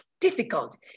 Difficult